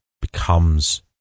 becomes